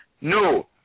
No